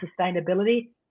sustainability